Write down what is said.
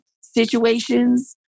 situations